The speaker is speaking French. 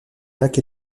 lac